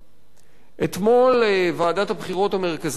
אתמול פסלה ועדת הבחירות המרכזית את